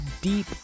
deep